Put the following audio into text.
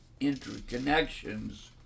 interconnections